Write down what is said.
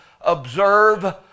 observe